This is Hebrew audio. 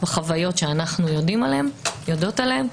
בחוויות שאנו יודעות עליהן,